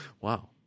Wow